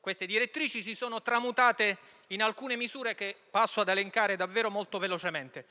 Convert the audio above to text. Queste direttrici si sono tramutate in alcune misure che passo ad elencare velocemente: